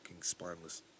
spineless